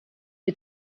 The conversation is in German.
ihr